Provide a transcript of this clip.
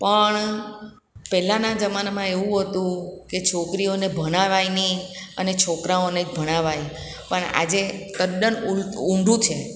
પણ પહેલાંના જમાનામાં એવું હતું કે છોકરીઓને ભણવાય નહીં અને છોકરાઓને જ ભણાવાય પણ આજે તદ્દન ઊંધું છે